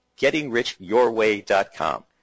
GettingRichYourWay.com